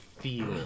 feel